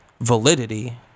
validity